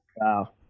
Wow